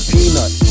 Peanut